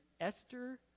esther